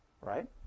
Right